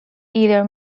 either